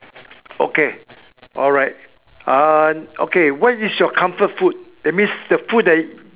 okay alright uh okay what is your comfort food that means the food that